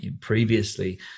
previously